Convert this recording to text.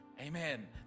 Amen